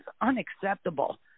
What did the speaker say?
unacceptable